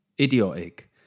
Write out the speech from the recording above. idiotic